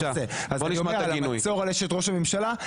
נחזור לאשת ראש הממשלה.